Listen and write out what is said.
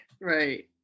Right